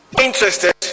interested